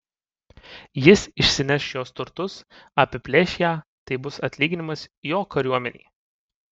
jis išsineš jos turtus apiplėš ją tai bus atlyginimas jo kariuomenei